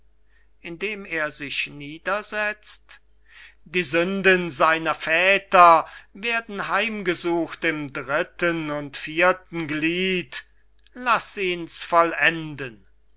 die sünden seiner väter werden heimgesucht im dritten und vierten glied laß ihns vollenden